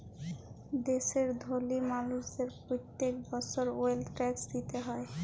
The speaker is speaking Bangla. দ্যাশের ধলি মালুসদের প্যত্তেক বসর ওয়েলথ ট্যাক্স দিতে হ্যয়